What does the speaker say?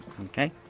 Okay